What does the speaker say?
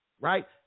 right